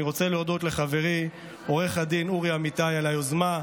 אני רוצה להודות לחברי עו"ד אורי אמיתי על היוזמה,